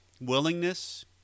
willingness